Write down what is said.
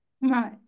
Right